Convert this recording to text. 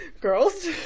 girls